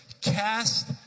cast